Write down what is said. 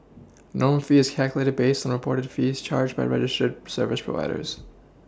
norm fee is calculated based on a portered fees charged by rider ship service providers